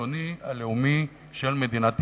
הציוני-הלאומי של מדינת ישראל.